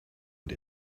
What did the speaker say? und